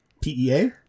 p-e-a